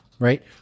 Right